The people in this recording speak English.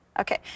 Okay